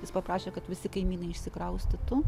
jis paprašė kad visi kaimynai išsikraustytų